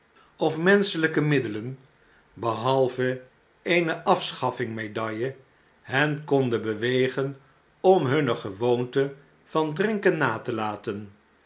hen konden bewegen om hunne gewoonte van drinken na te laten